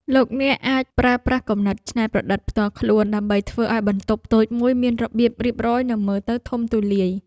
លោកអ្នកអាចប្រើប្រាស់គំនិតច្នៃប្រឌិតផ្ទាល់ខ្លួនដើម្បីធ្វើឱ្យបន្ទប់តូចមួយមានរបៀបរៀបរយនិងមើលទៅធំទូលាយ។